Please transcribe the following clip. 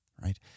right